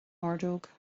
ordóg